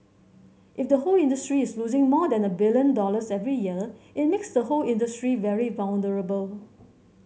if the whole industry is losing more than a billion dollars every year it makes the whole industry very vulnerable